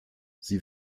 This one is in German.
sie